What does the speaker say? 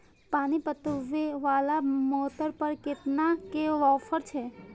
पानी पटवेवाला मोटर पर केतना के ऑफर छे?